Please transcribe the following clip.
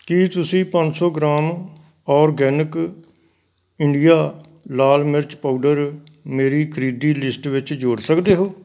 ਕੀ ਤੁਸੀਂ ਪੰਜ ਸੌ ਗ੍ਰਾਮ ਆਰਗੈਨਿਕ ਇੰਡੀਆ ਲਾਲ ਮਿਰਚ ਪਾਊਡਰ ਮੇਰੀ ਖਰੀਦੀ ਲਿਸਟ ਵਿੱਚ ਜੋੜ ਸਕਦੇ ਹੋ